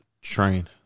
Train